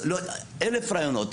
אלף רעיונות,